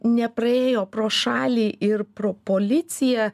nepraėjo pro šalį ir pro policiją